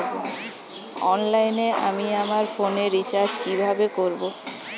অনলাইনে আমি আমার ফোনে রিচার্জ কিভাবে করব?